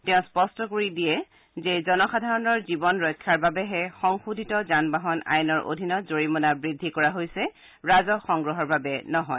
তেওঁ স্পষ্ট কৰি দিয়ে যে জনসাধাৰণৰ জীৱন ৰক্ষাৰ বাবেহে সংশোধিত যান বাহন আইনৰ অধিনত জৰিমনা বৃদ্ধি কৰা হৈছে ৰাজহ সংগ্ৰহৰ বাবে নহয়